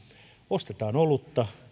ostetaan olutta